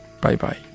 Bye-bye